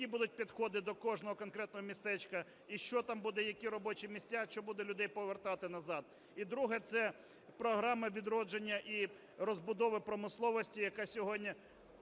які будуть підходи до кожного конкретного містечка і що там буде, які робочі місця, чи буде людей повертати назад. І друге. Це програма відродження і розбудова промисловості, яка сьогодні